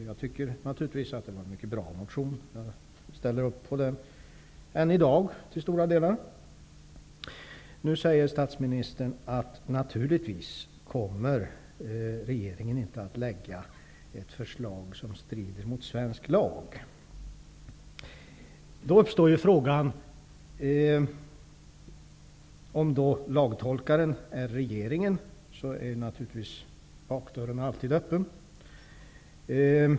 Jag tycker naturligtvis att det var en mycket bra motion. Jag ställer till stora delar upp på den än i dag. Nu säger statsministern att regeringen naturligtvis inte kommer att lägga fram ett förslag som strider mot svensk lag. Om regeringen är lagtolkaren är naturligtvis bakdörren alltid öppen.